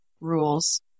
rules